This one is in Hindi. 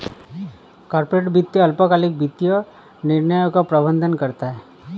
कॉर्पोरेट वित्त अल्पकालिक वित्तीय निर्णयों का प्रबंधन करता है